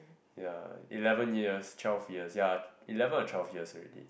ya eleven years twelve years ya eleven or twelve years already